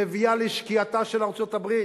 מביאה לשקיעתה של ארצות-הברית.